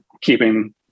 keeping